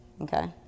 Okay